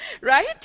right